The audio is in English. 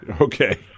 Okay